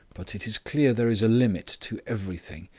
but it is clear there is a limit to everything.